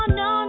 no